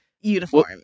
uniform